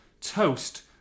toast